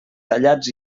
tallats